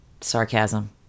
Sarcasm